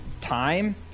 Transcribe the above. time